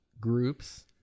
groups